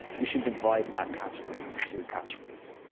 you should divide that category into two categories.